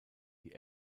die